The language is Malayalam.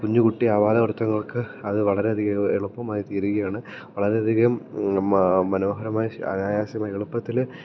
കുഞ്ഞ് കുട്ടി ആവാതവൃത്തങ്ങൾക്ക് അത് വളരെയധികം എളുപ്പമായ്ത്തീരുകയാണ് വളരെയധികം മനോഹരമായി അനായാസമായി എളുപ്പത്തിൽ